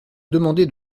demandé